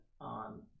on